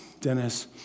Dennis